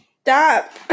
stop